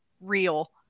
real